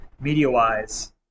media-wise